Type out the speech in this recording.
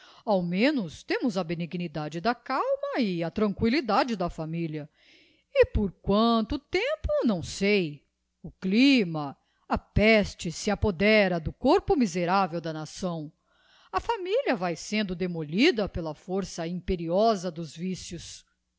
ao menos temos a benignidade da calma e a tranquillidade da familia e por quanto tempo não sei o clima a peste se apodera do corpo miserável da nação a familia vae sendo demolida pela força imperiosa dos vícios